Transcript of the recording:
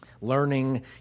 learning